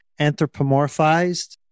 anthropomorphized